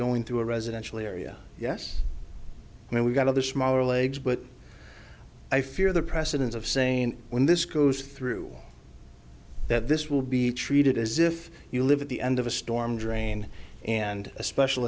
going through a residential area yes we've got other smaller legs but i fear the precedence of saying when this goes through that this will be treated as if you live at the end of a storm drain and a special